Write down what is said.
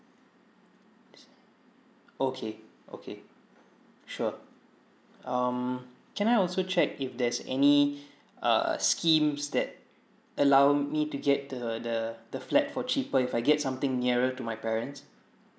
s~ okay okay sure um can I also check if there's any err schemes that allow me to get the the the flat for cheaper if I get something nearer to my parents